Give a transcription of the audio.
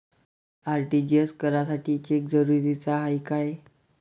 RTGS करासाठी cheque जरुरीचा हाय काय?